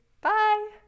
Bye